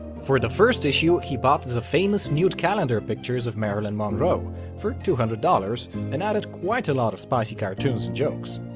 for the first issue he bought the famous nude calendar pictures of marilyn monroe for two hundred dollars and added quite a lot of spicy cartoons and jokes.